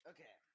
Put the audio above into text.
Okay